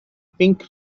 pink